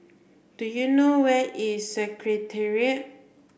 do you know where is Secretariat